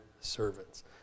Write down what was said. servants